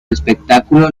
espectáculo